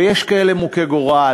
ויש כאלה מוכי גורל,